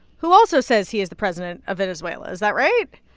who also says he is the president of venezuela. is that right?